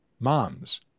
moms